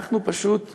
אנחנו פשוט אבדנו,